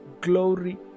glory